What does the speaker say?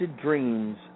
dreams